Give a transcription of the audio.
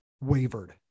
wavered